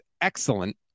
excellent